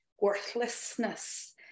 worthlessness